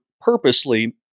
purposely